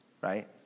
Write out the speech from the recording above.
right